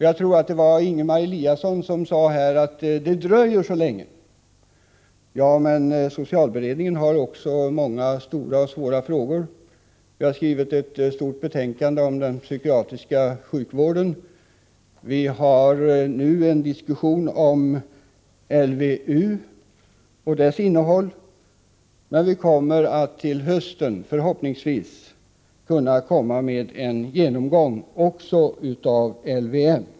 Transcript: Jag tror att det var Ingemar Eliasson som sade att det dröjer så länge. Ja, men socialberedningen har också att ta ställning till många stora och svåra frågor. Vi har skrivit ett stort betänkande om den psykiatriska sjukvården. Vi för nu en diskussion om LVU och dess innehåll, men vi kommer förhoppningsvis att till hösten kunna komma med en genomgång också av LVM.